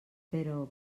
però